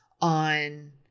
on